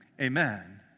Amen